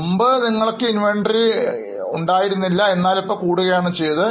മുമ്പ് നിങ്ങൾക്ക് inventory കുറവായിരുന്നു എന്നാലിപ്പോൾ കൂടുകയാണ് ചെയ്തത്